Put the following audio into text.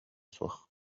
суох